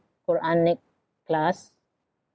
quranic class